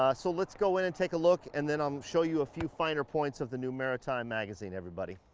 ah so let's go in and take a look, and then um show you a few finer points of the new maratime magazine everybody.